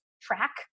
track